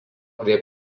prie